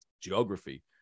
geography